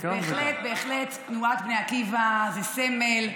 אז בהחלט בהחלט תנועת בני עקיבא זה סמל,